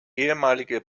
ehemalige